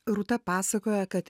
rūta pasakoja kad